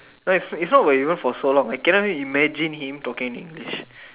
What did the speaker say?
it's not even for so long I cannot even imagine him talking English